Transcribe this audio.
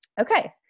Okay